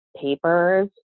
papers